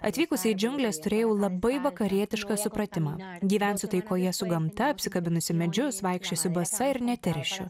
atvykus į džiungles turėjau labai vakarietišką supratimą gyvensiu taikoje su gamta apsikabinusi medžius vaikščiosiu basa ir neteršiu